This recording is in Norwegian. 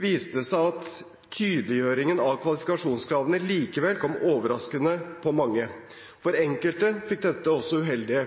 viste det seg at tydeliggjøringen av kvalifikasjonskravene likevel kom overraskende på mange. For enkelte fikk dette også uheldige